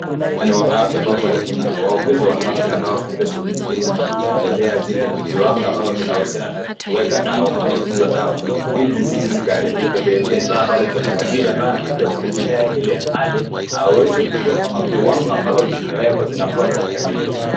Muktadha ni wa afya ambapo pale kuna wahudumu wa afya ambao wako katika shughuli nzima ya kutembelea vile viwanda ambavyo vinahusiana na kuweka dawa ama kutunza dawa ili zisije zikaharibika. Vilevile inaonekana pale kuna waziri ambaye anakuja kutembelea ile hali aweze kujua kwamba viwango ambavyo vimewekwa zinafuatwa kikamilifu.